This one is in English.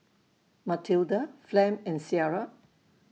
Mathilda Flem and Cierra